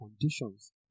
conditions